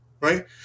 right